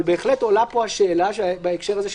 אבל בהחלט עולה פה השאלה בהקשר הזה,